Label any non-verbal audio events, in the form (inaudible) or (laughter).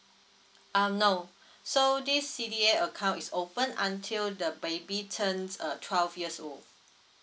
um no (breath) so this C_D_A account is open until the baby turns a twelve years old